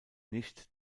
nicht